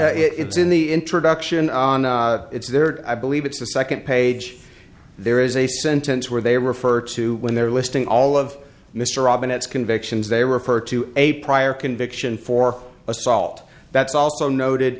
and it's in the introduction it's there i believe it's the second page there is a sentence where they refer to when they're listing all of mr robin it's convictions they refer to a prior conviction for assault that's also noted